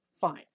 Fine